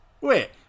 Wait